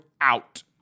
out